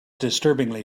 disturbingly